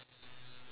ya